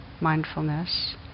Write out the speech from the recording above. mindfulness